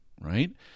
right